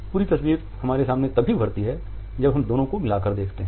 पूरी तस्वीर हमारे सामने तभी उभरती है जब हम दोनों को मिलाकर देखते हैं